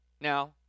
Now